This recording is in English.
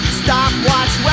stopwatch